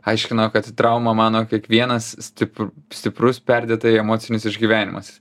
aiškino kad trauma mano kiekvienas stip stiprus perdėtai emocinis išgyvenimas